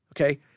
Okay